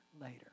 later